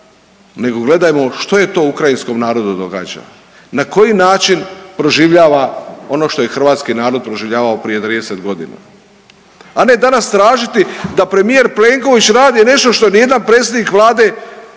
nego gledajmo što je to ukrajinskom narodu događa, na koji način proživljava ono što je hrvatski narod proživljavao prije 30.g., a ne danas tražiti da premijer Plenković radi nešto što nijedan predsjednik Vlade